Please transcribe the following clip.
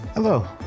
Hello